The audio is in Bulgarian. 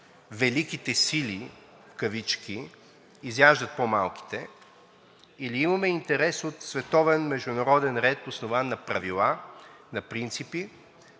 Великите сили в кавички, изяждат по-малките, или имаме интерес от световен международен ред, основан на правила, на принципи,